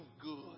good